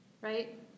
Right